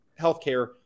healthcare